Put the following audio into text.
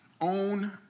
own